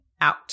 out